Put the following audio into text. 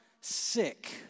sick